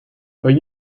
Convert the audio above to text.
but